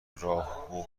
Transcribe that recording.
راهو